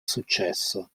successo